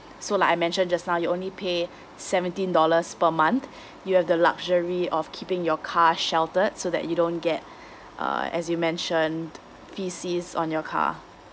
so like I mention just now you only pay seventeen dollars per month you have the luxury of keeping your car sheltered so that you don't get uh as you mentioned on your car